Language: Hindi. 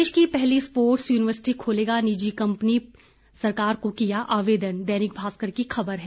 प्रदेश की पहली स्पोर्ट्स यूनिवर्सिटी खोलेगी निजी कंपनी सरकार को किया आवेदन दैनिक भास्कर की खबर है